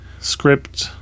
script